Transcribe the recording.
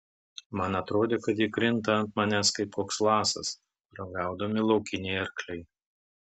man atrodė kad ji krinta ant manęs kaip koks lasas kuriuo gaudomi laukiniai arkliai